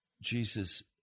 Jesus